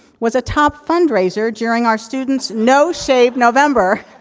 was a top fund raiser during our students no shave november